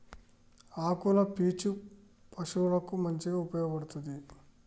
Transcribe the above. ఆకుల పీచు పశువులకు మంచిగా ఉపయోగపడ్తది